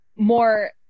more